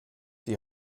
die